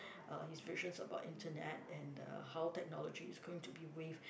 uh his visions about internet and how uh technology is going to be wave